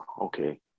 okay